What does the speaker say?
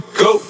go